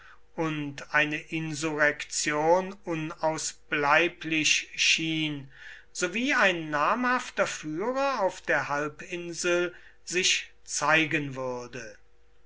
und eine insurrektion unausbleiblich schien sowie ein namhafter führer auf der halbinsel sich zeigen würde